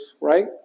right